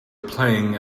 playing